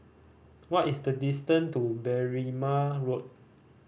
what is the distance to Berrima Road